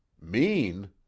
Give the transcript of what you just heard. Mean